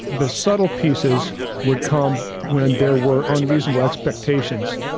the subtle pieces would come when there were unreasonable expectations,